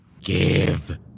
Give